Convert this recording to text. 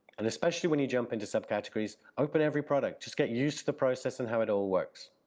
and especially when you jump into subcategories, open every product. just get used to the process and how it all works.